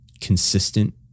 consistent